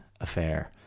affair